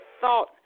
thought